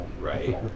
right